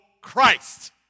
Christ